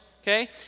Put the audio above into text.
Okay